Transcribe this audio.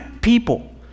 people